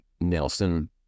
Nelson